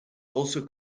also